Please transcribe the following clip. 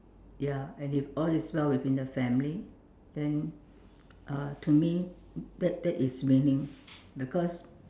ya and if all is well within the family then uh to me that that is winning because